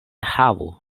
havu